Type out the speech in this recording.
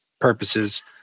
purposes